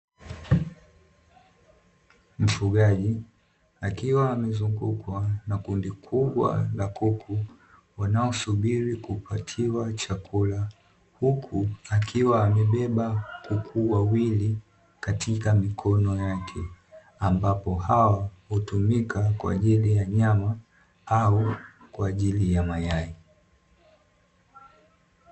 Mfugaji akiwa amezungukwa na kundi kubwa la kuku wanaosubiri kupatiwa chakula, huku akiwa amebeba kuku wawili katika mikono yake ambapo hao hutumika kwa ajili ya nyama au kwa ajili ya mayai.